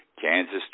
Kansas